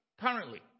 currently